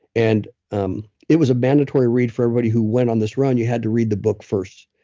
and um it was a mandatory read for everybody who went on this run. you had to read the book first.